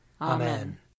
Amen